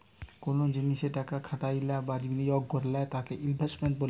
কোনো জিনিসে টাকা খাটাইলে বা বিনিয়োগ করলে তাকে ইনভেস্টমেন্ট বলতিছে